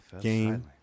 Game